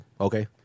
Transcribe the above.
okay